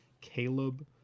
Caleb